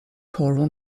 choral